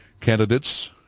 candidates